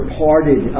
parted